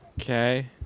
Okay